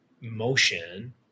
motion